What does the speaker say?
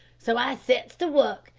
so i sets to work,